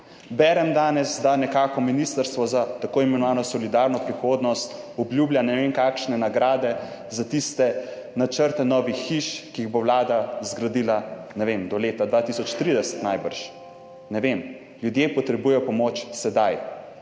Berem danes, da nekako Ministrstvo za, t. i. solidarno prihodnost obljublja ne vem kakšne nagrade za tiste načrte novih hiš, ki jih bo Vlada zgradila, ne vem, do leta 2030 najbrž, ne vem. Ljudje potrebujejo pomoč sedaj.